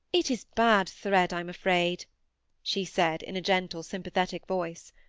it is bad thread, i'm afraid she said, in a gentle sympathetic voice.